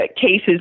cases